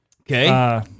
Okay